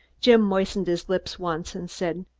jim moistened his lips once and said,